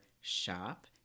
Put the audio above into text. shop